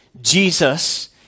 Jesus